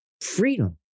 freedom